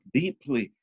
deeply